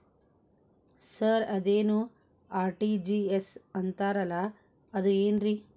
Sir ಅದೇನು RTGS ಅಂತಾರಲಾ ಅದು ಏನ್ರಿ?